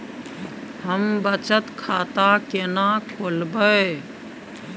हम बचत खाता केना खोलइयै?